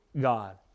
God